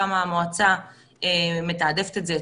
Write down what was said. כמה המועצה מתעדפת את זה אצלה,